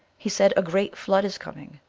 he said, a great flood is coming.